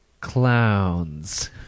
clowns